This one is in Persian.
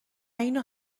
اینو